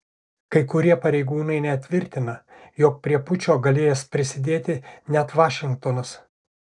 kai kurie pareigūnai net tvirtina jog prie pučo galėjęs prisidėti net vašingtonas